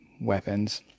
weapons